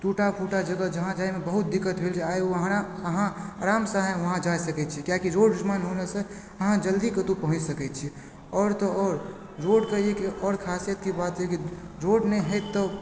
टूटा फूटा जगह जहाँ जाइमे बहुत दिक्कत होइत छै आइ अहाँ आरामसँ वहाँ जा सकैत छी कियाकि रोड निर्माण होवैसँ अहाँ जल्दी कतौ पहुँच सकैत छी आओर तऽ आओर रोडके एक आओर खासियतके बात यऽ कि रोड नहि होइत तऽ